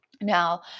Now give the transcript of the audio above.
Now